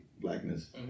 blackness